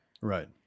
right